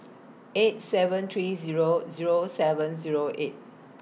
eight seven three Zero Zero seven Zero eight